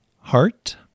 heart